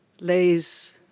Lays